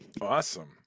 awesome